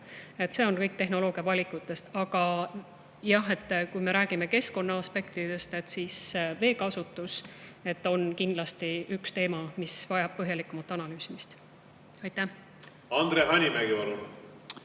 See kõik on tehnoloogiavaliku [küsimus]. Aga jah, kui me räägime keskkonnaaspektidest, siis veekasutus on kindlasti üks teema, mis vajab põhjalikumat analüüsimist. Andre Hanimägi, palun!